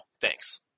Thanks